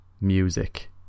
music